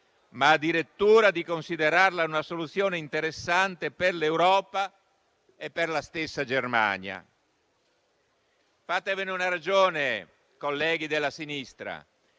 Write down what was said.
ma addirittura di considerarla una soluzione interessante per l'Europa e per la stessa Germania. Fatevene una ragione, colleghi della sinistra,